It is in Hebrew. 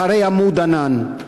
אחרי "עמוד ענן",